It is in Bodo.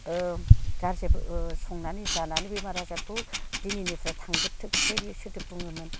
गारजोबो संनानै जानानै बेमार आजारखौ दिनैनिफ्राय थांजोबथोंसै बे सोदोब बुङोमोन